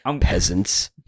peasants